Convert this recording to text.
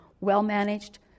well-managed